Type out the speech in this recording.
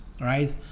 right